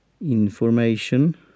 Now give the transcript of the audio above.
information